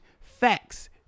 facts